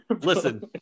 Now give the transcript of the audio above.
Listen